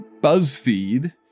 BuzzFeed